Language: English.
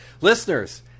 Listeners